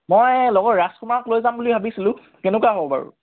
মই লগৰ ৰাজকুমাৰক লৈ যাম বুলি ভাবিছিলোঁ কেনেকুৱা হ'ব বাৰু